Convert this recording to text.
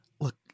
Look